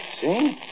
See